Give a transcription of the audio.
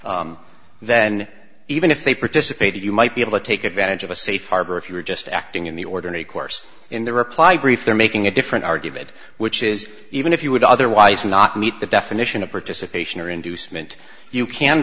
then even if they participated you might be able to take advantage of a safe harbor if you were just acting in the ordinary course in the reply brief they're making a different argument which is even if you would otherwise not meet the definition of participation or inducement you can